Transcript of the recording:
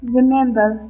Remember